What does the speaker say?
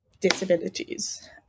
disabilities